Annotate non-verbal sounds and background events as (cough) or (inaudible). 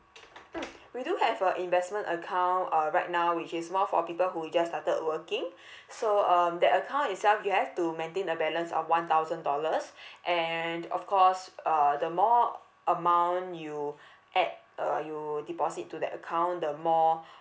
mm we do have a investment account uh right now which is more for people who just started working (breath) so um that account itself you have to maintain the balance of one thousand dollars (breath) and of course uh the more amount you add uh you deposit to the account the more (breath)